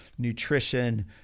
nutrition